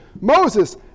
Moses